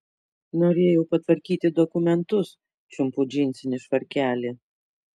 norėjau patvarkyti dokumentus čiumpu džinsinį švarkelį